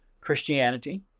Christianity